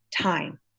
time